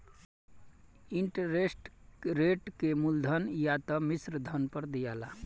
interest rate के मूलधन या त मिश्रधन पर दियाला